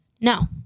No